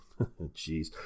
Jeez